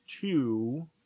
two